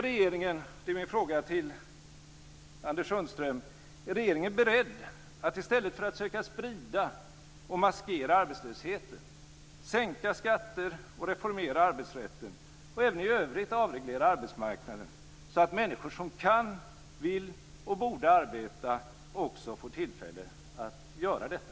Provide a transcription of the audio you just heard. Min fråga till Anders Sundström blir: Är regeringen beredd att - i stället för att försöka sprida och maskera arbetslösheten - sänka skatter och reformera arbetsrätten och även i övrigt avreglera arbetsmarknaden, så att människor som kan, vill och borde arbeta också får tillfälle att göra detta?